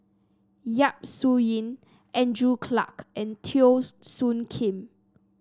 Yap Su Yin Andrew Clarke and Teo Soon Kim